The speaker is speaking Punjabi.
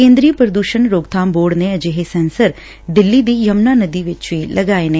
ਕੇਂਦਰ ਪ੍ਰਦੂਸ਼ਣ ਰੋਕਥਾਮ ਬੋਰਡ ਨੇ ਅਜਿਹੇ ਸੈਂਸਰ ਦਿੱਲੀ ਦੀ ਯਮੁਨਾ ਨਦੀ ਚ ਲਗਾਏ ਸਨ